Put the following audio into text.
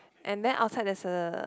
and then outside there is a